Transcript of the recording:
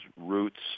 roots